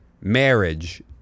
marriage